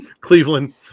Cleveland